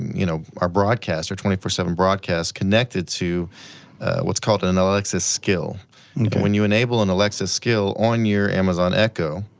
you know our broadcast, our twenty four seven broadcast connected to what's called an and alexa skill. and when you enable an and alexa skill on your amazon echo,